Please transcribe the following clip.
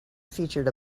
featured